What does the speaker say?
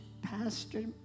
pastor